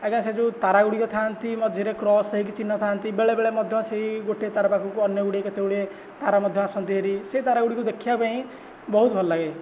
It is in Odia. ଆଜ୍ଞା ସେ ଯେଉଁ ତାରା ଗୁଡ଼ିକ ଥାନ୍ତି ମଝିରେ କ୍ରସ ହୋଇକି ଚିହ୍ନ ଥାନ୍ତି ବେଳେ ବେଳେ ମଧ୍ୟ ସେହି ଗୋଟେ ତାରା ପାଖକୁ ଅନ୍ୟ ଗୁଡ଼ିଏ କେତେ ଗୁଡ଼ିଏ ତାରା ମଧ୍ୟ ଆସନ୍ତି ବାହାରି ସେ ତାରା ଗୁଡ଼ିକୁ ଦେଖିବା ପାଇଁ ବହୁତ ଭଲ ଲାଗେ